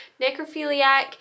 necrophiliac